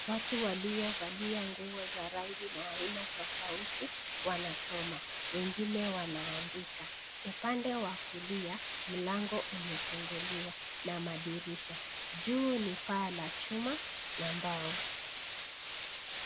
Watu waliovalia nguo za rangi na aina tofauti wanasoma, wengine wanaandika. Upande wa kulia, mlango umefunguliwa na madirisha. Juu ni paa la chuma na mbao.